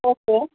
okay